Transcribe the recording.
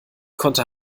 konnte